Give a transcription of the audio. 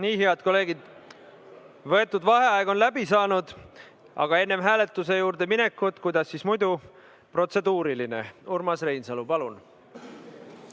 Nii, head kolleegid, võetud vaheaeg on läbi saanud. Aga enne hääletuse juurde minekut, kuidas siis muidu, protseduuriline küsimus. Urmas Reinsalu, palun!